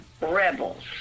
rebels